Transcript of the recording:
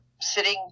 sitting